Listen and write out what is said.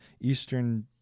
Eastern